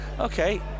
Okay